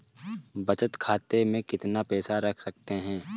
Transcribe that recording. बचत खाते में कितना पैसा रख सकते हैं?